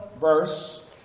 verse